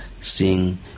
sing